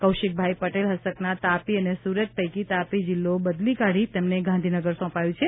કૌશિકભાઇ પટેલ હસ્તકના તાપી અને સુરત પૈકી તાપી જિલ્લો બદલી કાઢી તેમને ગાંધીનગર સોંપાયું છે